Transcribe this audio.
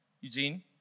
Eugene